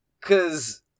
cause